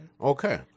okay